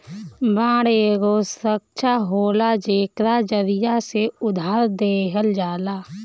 bond एगो सुरक्षा होला जेकरा जरिया से उधार देहल जाला